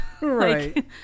Right